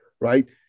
Right